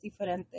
diferente